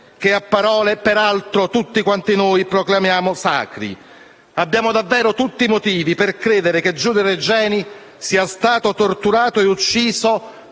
che a parole, peraltro, tutti quanti noi proclamiamo sacri. Abbiamo davvero tutti i motivi per credere che Giulio Regeni sia stato torturato e ucciso